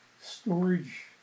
storage